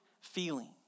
feeling